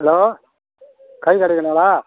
hello காய் கடைக்கன்னங்களா